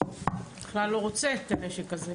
בכלל לא רוצה את הנשק הזה?